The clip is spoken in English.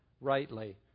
rightly